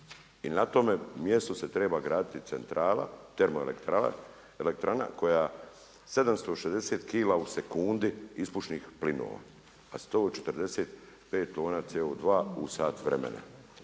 I na tome mjestu se treba graditi centrala, termoelektrana, koja 760 kila u sekundi ispušnih plinova, a 145 tona CO2 u sat vremena,